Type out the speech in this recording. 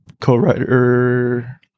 co-writer